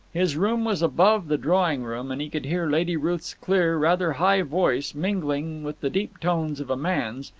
his room was above the drawing-room, and he could hear lady ruth's clear, rather high voice mingling with the deep tones of a man's,